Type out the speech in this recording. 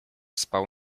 spał